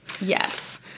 Yes